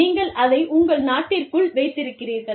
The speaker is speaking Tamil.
நீங்கள் அதை உங்கள் நாட்டிற்குள் வைத்திருக்கிறீர்கள்